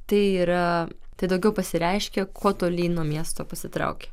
tai yra tai daugiau pasireiškia kuo tolyn nuo miesto pasitrauki